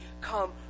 come